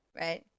right